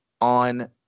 on